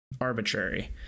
arbitrary